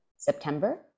September